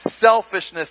selfishness